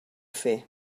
fer